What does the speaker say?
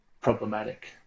problematic